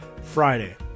Friday